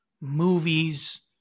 movies